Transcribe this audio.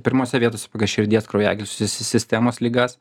pirmose vietose pagal širdies kraujagyslių si sistemos ligas